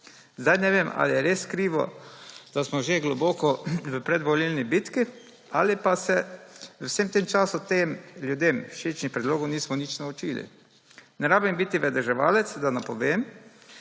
Zdaj ne vem, ali je res krivo, da smo že globoko v predvolilni bitki, ali pa se v vsem tem času teh, ljudem všečnih predlogov nismo nič naučili. Ne rabim biti vedeževalec, da napovem,